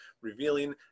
revealing